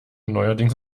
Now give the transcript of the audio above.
neuerdings